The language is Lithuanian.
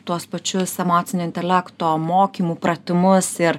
tuos pačius emocinio intelekto mokymų pratimus ir